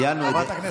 ציינו את זה.